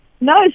No